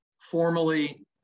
formally